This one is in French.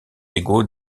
égaux